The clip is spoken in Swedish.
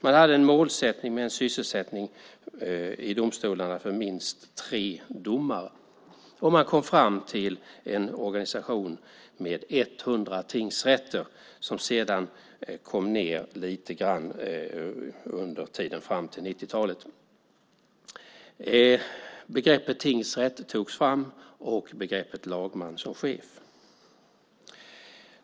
Man hade en målsättning med en sysselsättning i domstolarna för minst tre domare. Man kom fram till en organisation med 100 tingsrätter som sedan kom ned lite grann under tiden fram till 90-talet. Begreppet tingsrätt togs fram och lagman som chef.